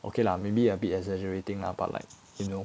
okay lah maybe a bit exaggerating lah but like you know